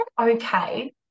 okay